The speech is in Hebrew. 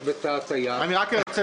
אני רק רוצה